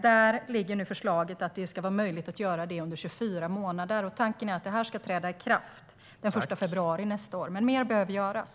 Förslaget är att det ska vara möjligt att göra det under 24 månader. Tanken är att det ska träda i kraft den 1 februari nästa år. Men mer behöver göras.